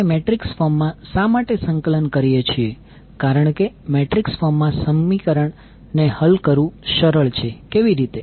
આપણે મેટ્રિક્સ ફોર્મમાં શા માટે સંકલન કરીએ છીએ કારણ કે મેટ્રિક્સ ફોર્મમાં સમીકરણ ને હલ કરવું સરળ છે કેવી રીતે